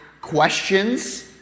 questions